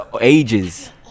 ages